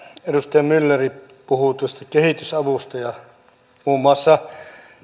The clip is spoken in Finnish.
edustaja myller puhui tuosta kehitysavusta muun muassa